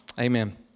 Amen